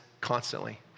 constantly